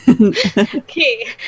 okay